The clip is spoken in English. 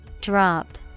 Drop